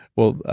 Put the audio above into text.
well,